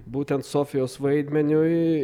būtent sofijos vaidmeniui